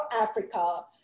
Africa